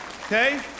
Okay